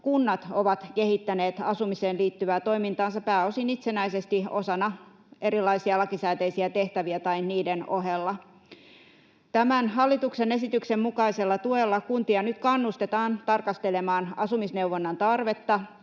Kunnat ovat kehittäneet asumiseen liittyvää toimintaansa pääosin itsenäisesti osana erilaisia lakisääteisiä tehtäviä tai niiden ohella. Tämän hallituksen esityksen mukaisella tuella kuntia nyt kannustetaan tarkastelemaan asumisneuvonnan tarvetta,